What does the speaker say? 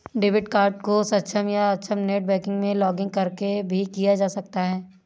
debit card को सक्षम या अक्षम नेट बैंकिंग में लॉगिंन करके भी किया जा सकता है